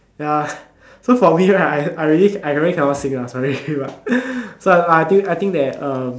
ya so for me right I I really I really cannot sing lah sorry but but I think I think that uh